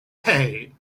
hey